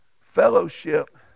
fellowship